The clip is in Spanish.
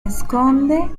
esconde